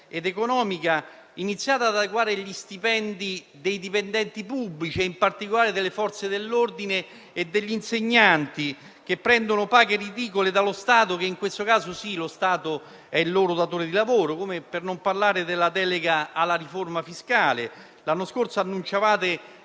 c'è stata, iniziate ad adeguare gli stipendi dei dipendenti pubblici, in particolare delle Forze dell'ordine e degli insegnanti, che percepiscono paghe ridicole dallo Stato che, in questo caso, è il loro datore di lavoro. Non voglio parlare poi della delega alla riforma fiscale. Lo scorso anno annunciavate